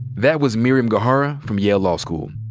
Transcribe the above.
that was miriam gohara from yale law school.